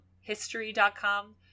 History.com